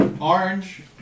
orange